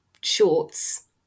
shorts